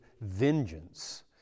vengeance